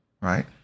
Right